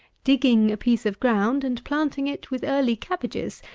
digging a piece of ground and planting it with early cabbages,